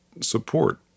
support